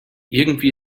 irgendwie